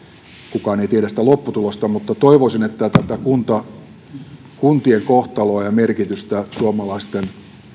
kukaan ei tiedä sitä lopputulosta mutta toivoisin että kuntien kohtaloa ja merkitystä suomalaisten